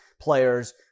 players